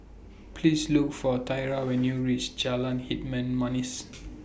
Please Look For Thyra when YOU REACH Jalan Hitam Manis